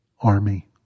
Army